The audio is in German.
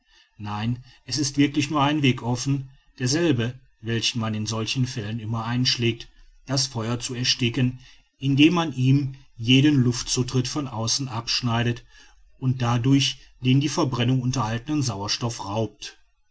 nein es ist wirklich nur ein weg offen derselbe welchen man in solchen fällen immer einschlägt das feuer zu ersticken indem man ihm jeden luftzutritt von außen abschneidet und dadurch den die verbrennung unterhaltenden sauerstoff raubt